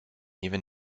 even